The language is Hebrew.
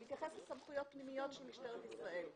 הוא מתייחס לסמכויות פנימיות של משטרת ישראל.